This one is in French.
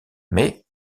mais